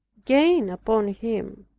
gained upon him.